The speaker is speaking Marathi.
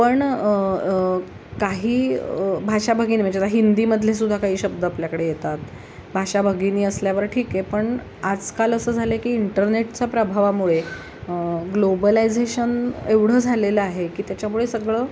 पण काही भाषाभगिनी म्हणजे आता हिंदीमधले सुद्धा काही शब्द आपल्याकडे येतात भाषाभगिनी असल्यावर ठीक आहे पण आजकाल असं झालं आहे की इंटरनेटच्या प्रभावामुळे ग्लोबलायझेशन एवढं झालेलं आहे की त्याच्यामुळे सगळं